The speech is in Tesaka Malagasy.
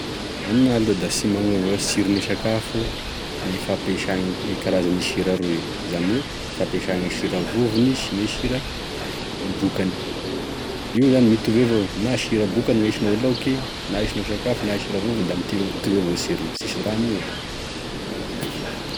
Aminah aloha da sy magnova tsiron'e sakafo gne fampesa an'io karazan'e sira roy io, izany hoe e fampiasa gne sira vovony sy ny sira bokany, io zany mitovy evao na sira bokany no ahisinao laoky na ahisinao sakafo na sira vovony da mitiro- mitovy avao sirony sisy raha miova.